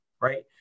Right